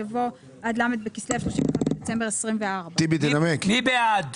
יבוא "עד ל' בכסלו (31 בדצמבר 2024)". מי בעד?